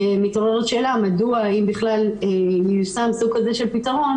מתעוררת שאלה מדוע אם בכלל מיושם סוג כזה של פתרון,